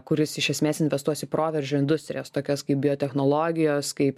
kuris iš esmės investuos į proveržio industrijas tokias kaip biotechnologijos kaip